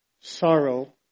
Sorrow